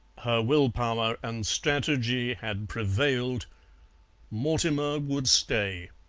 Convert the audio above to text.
will-power and strategy had prevailed mortimer would stay.